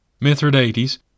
Mithridates